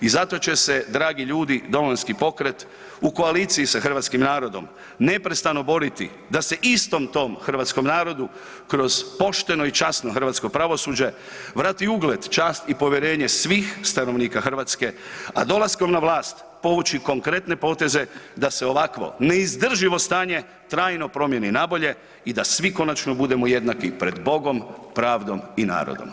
I zato će se, dragi ljudi, Domovinski pokret u koaliciji sa hrvatskim narodom neprestano boriti da se istom tom hrvatskom narodu kroz pošteno i časno hrvatsko pravosuđe vrati ugled, čast i povjerenje svih stanovnika Hrvatske, a dolaskom na vlast povući konkretne poteze da se ovakvo neizdrživo stanje trajno promijeni na bolje i da svi konačno budemo jednaki pred Bogom, pravdom i narodom.